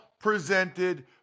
presented